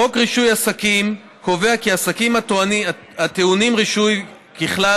חוק רישוי עסקים קובע סוגים של עסקים הטעונים רישוי וקובע כי ככלל,